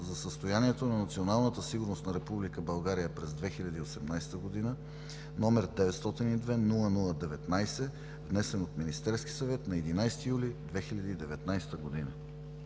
за състоянието на националната сигурност на Република България през 2018 г., № 902-00-19, внесен от Министерския съвет на 11 юли 2019 г.“